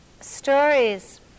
stories